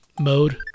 Mode